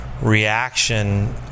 reaction